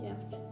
yes